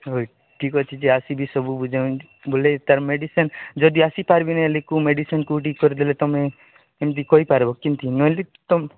ହଉ ଠିକ୍ ଅଛି ଯେ ଆସି କି ସବୁ ବୁଝା ବୁଝି ବୋଲେ ତା ମେଡିସିନ୍ ଯଦି ଆସି ପାରିବନି ବୋଲି କୋଉ ମେଡିସିନ୍ କୋଉଠି କରି ଦେଲେ ତୁମେ ଏମିତି କହି ପାରିବ କେମିତି ନହେଲେ ତୁମେ